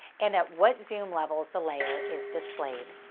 and at what zoom levels the layer is displayed.